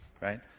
right